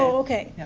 okay.